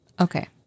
Okay